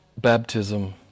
baptism